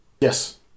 Yes